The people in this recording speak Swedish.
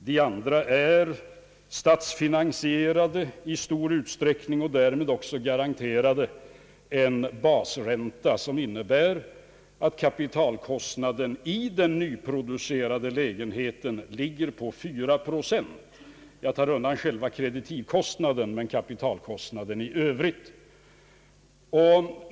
De andra är i stor utsträckning statsfinansierade med garanterad basränta, vilket innebär att kapitalkostnaden för en nyproducerad lägenhet — jag undantar kreditivkostnaden — ligger vid 4 procent.